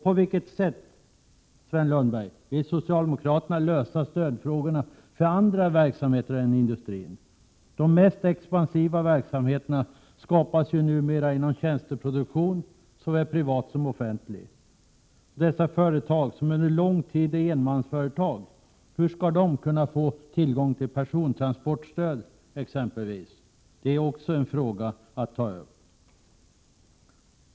På vilket sätt vill socialdemokraterna lösa frågan om stöd till andra verksamheter än industrin? De mest expansiva verksamheterna finns numera inom såväl privat som offentlig tjänsteproduktion. Hur skall företagen på det området, som under lång tid är enmansföretag, kunna få tillgång till exempelvis persontransportstöd? Det är också en fråga att ta upp.